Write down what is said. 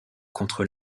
contre